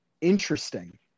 interesting